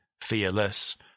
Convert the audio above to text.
fearless